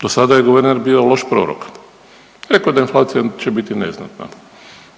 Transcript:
Do sada je guverner bio loš prorok. Rekao je da će inflacija biti neznatna,